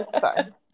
fine